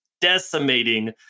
decimating